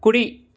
కుడి